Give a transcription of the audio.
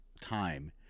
time